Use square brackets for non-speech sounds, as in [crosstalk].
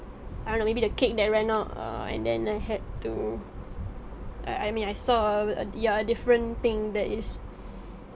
I don't know maybe the cake that ran out err and then I had to I I mean I saw a ya a different thing that is [breath]